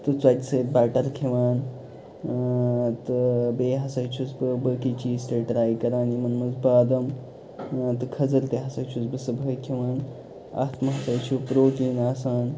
تہٕ ژۄچہٕ سۭتۍ بَٹَر کھیٚوان اۭں تہٕ بیٚیہِ ہسا چھُس بہٕ بٲقٕے چیٖز تہِ ٹرٛاے کران یِمَن منٛز بادام اۭں تہٕ خٔذٕر تہِ ہسا چھُس بہٕ صُبحٲے کھیٚوان اَتھ منٛز ہسا چھُ پرٛوٹیٖن آسان